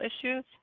issues